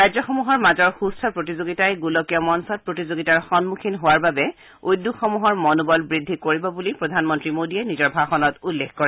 ৰাজ্যসমূহৰ মাজৰ সুস্থ প্ৰতিযোগিতাই গোলকীয় মঞ্চত প্ৰতিযোগিতাৰ সন্মুখীন হোৱাৰ বাবে উদ্যোগসমূহৰ মনোবল বৃদ্ধি কৰিব বুলি প্ৰধানমন্ত্ৰী মোদীয়ে নিজৰ ভাষণত উল্লেখ কৰে